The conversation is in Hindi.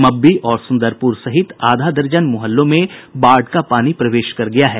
मब्बी और सुंदरपुर सहित आधा दर्जन मुहल्लों में बाढ़ का पानी प्रवेश कर गया है